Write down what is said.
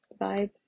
vibe